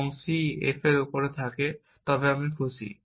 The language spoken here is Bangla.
এবং c f এর উপর থাকে তবে আমি খুশি